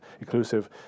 inclusive